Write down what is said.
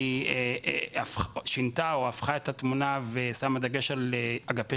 והיא שינתה או הפכה את התמונה ושמה דגש על אגפי